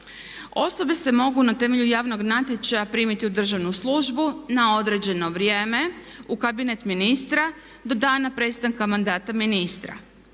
Osobe se mogu na temelju javnog natječaja primiti u državnu službu na određeno vrijeme u kabinet ministra do dana prestanka mandata ministra.